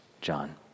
John